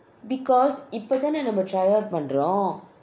because இப்போதானே நம்ம:ippothanae nemma try out பண்ணுறோம்:pannurom